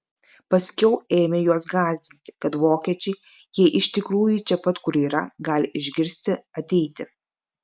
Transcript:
paskiau ėmė juos gąsdinti kad vokiečiai jei iš tikrųjų čia pat kur yra gali išgirsti ateiti